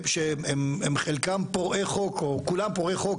שהם חלקם פורעי חוק או כולם פורעי חוק,